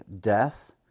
death